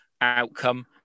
outcome